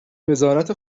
وزارت